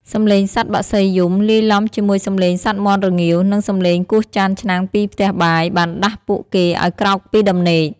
សំឡេងសត្វបក្សីយំ លាយឡំជាមួយសំឡេងសត្វមាន់រងាវ និងសំឡេងគោះចានឆ្នាំងពីផ្ទះបាយ បានដាស់ពួកគេឲ្យក្រោកពីដំណេក។